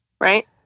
right